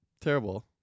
Terrible